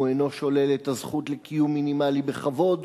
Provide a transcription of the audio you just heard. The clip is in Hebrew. הוא אינו שולל את הזכות לקיום מינימלי בכבוד,